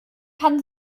kann